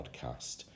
podcast